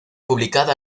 publicada